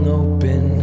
open